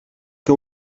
que